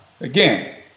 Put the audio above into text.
again